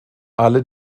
alle